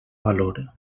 valor